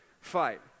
fight